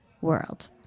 world